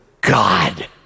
God